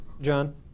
John